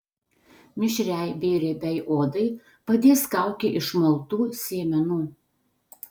mišriai bei riebiai odai padės kaukė iš maltų sėmenų